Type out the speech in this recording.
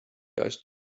asked